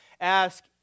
ask